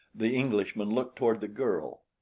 the englishman looked toward the girl.